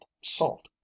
salt